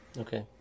okay